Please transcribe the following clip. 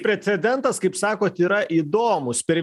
precedentas kaip sakot yra įdomūs per